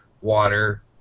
water